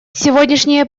сегодняшние